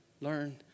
learn